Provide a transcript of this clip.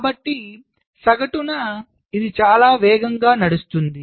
కాబట్టి సగటున ఇది చాలా వేగంగా నడుస్తుంది